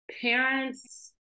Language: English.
parents